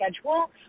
schedule